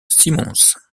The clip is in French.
simons